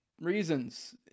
reasons